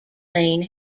lane